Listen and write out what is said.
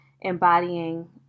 embodying